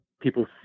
people